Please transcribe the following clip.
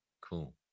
Cool